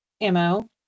MO